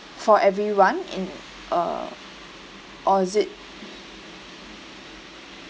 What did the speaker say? for everyone and uh orh is it